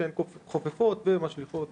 שהן חופפות והן משליכות